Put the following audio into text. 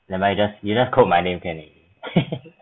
never mind just you just quote my name can already